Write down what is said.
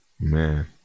Man